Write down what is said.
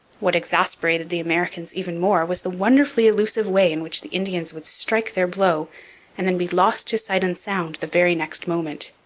what exasperated the americans even more was the wonderfully elusive way in which the indians would strike their blow and then be lost to sight and sound the very next moment,